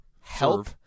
Help